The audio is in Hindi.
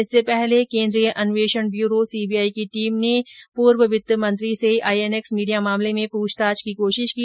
इससे पहले कल केन्द्रीय अन्वेषण ब्यूरो सीबीआई की टीम ने पूर्व वित्त मंत्री पी चिदंबरम से आईएनएक्स मीडिया मामले में पूछताछ की कोशिश की